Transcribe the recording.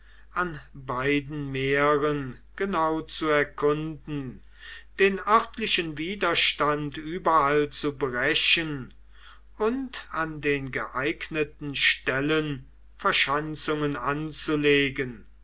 an beiden meeren genau zu erkunden den örtlichen widerstand überall zu brechen und an den geeigneten stellen verschanzungen anzulegen